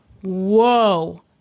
whoa